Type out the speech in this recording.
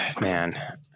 man